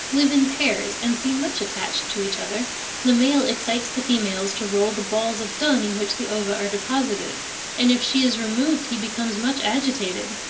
live in pairs, and seem much attached to each other the male excites the females to roll the balls of dung in which the ova are deposited and if she is removed, he becomes much agitated.